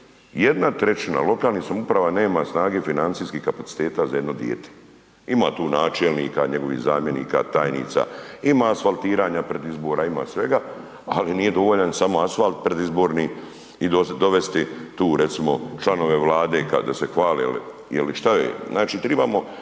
u nas 1/3 lokalnih samouprava nema snage, financijskih kapaciteta za jedno dijete. Ima tu načelnika, njegovih zamjenika, tajnica, ima asfaltiranja pred izbore, ima svega, ali nije dovoljan samo asfalt predizborni i dovesti tu recimo članove vlade ka da se hvale. Jel šta je? Znači tribamo